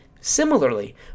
Similarly